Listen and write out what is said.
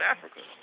Africa